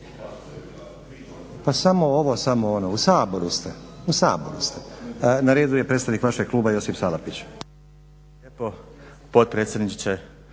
pa samo ono. U Saboru ste, u Saboru ste. Na redu je predstavnik vašeg kluba Josip Salapić.